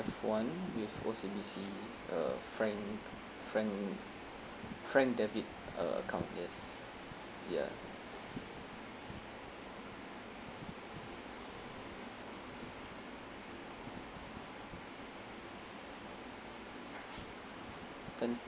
one with O_C_B_C it's uh frank frank frank debit uh account yes ya then